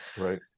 Right